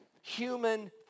human